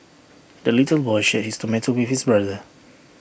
the little boy shared his tomato with his brother